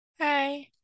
Hi